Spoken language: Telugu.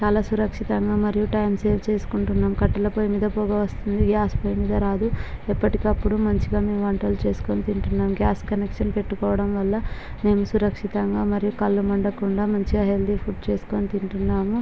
చాలా సురక్షితంగా మరియు టైం సేవ్ చేసుకుంటున్నాం కట్టెల పొయ్యి మీద పొగ వస్తుంది గ్యాస్ పొయ్యి మీద రాదు ఎప్పటికప్పుడు మంచిగా మేము వంటలు చేసుకుని తింటున్నాం గ్యాస్ కనెక్షన్ పెట్టుకోవడంవల్ల మేము సురక్షితంగా మరియు కళ్ళు మండకుండా మంచిగా హెల్తీ ఫుడ్ చేసుకుని తింటున్నాము